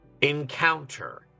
encounter